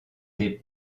des